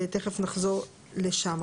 תכף נחזור לשם.